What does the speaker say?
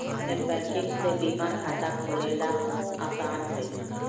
net banking से बीमा खाता खोलेला आसान हई